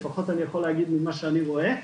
לפחות אני יכול להגיד ממה שאני רואה,